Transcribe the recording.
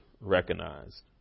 recognized